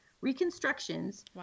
reconstructions